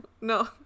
no